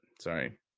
Sorry